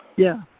yeah,